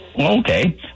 Okay